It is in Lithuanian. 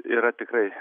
yra tikrai